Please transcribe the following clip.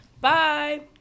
Bye